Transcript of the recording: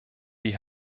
die